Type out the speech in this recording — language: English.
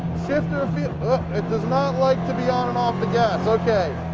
shifter feel oh, it does not like to be on and off the gas. ok.